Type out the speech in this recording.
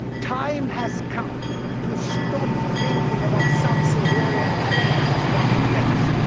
time has come to stop thinking about sub-saharan africa as one place.